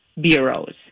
bureaus